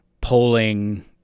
polling